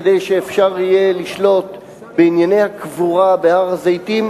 כדי שאפשר יהיה לשלוט בענייני הקבורה בהר-הזיתים,